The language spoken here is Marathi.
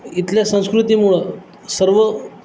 इथल्या संस्कृतीमुळं सर्व